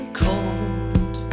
cold